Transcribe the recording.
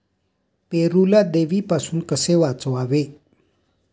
पेरूला देवीपासून कसे वाचवावे?